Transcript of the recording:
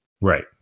right